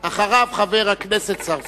חבר הכנסת זחאלקה,